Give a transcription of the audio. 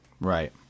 Right